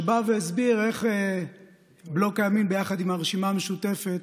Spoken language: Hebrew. שבא והסביר איך בלוק הימין ביחד עם הרשימה המשותפת